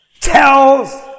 tells